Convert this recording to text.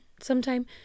sometime